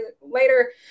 later